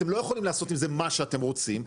אתם לא יכולים לעשות עם זה מה שאתם רוצים,